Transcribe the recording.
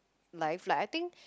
life like I think